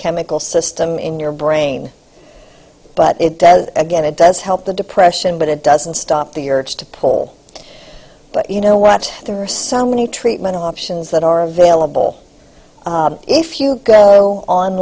chemical system in your brain but again it does help the depression but it doesn't stop the urge to pull but you know what there are so many treatment options that are available if you go